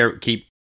keep